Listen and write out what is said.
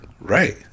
right